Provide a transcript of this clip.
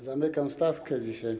Zamykam stawkę dzisiaj.